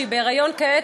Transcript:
שהיא בהיריון כעת,